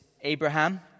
Abraham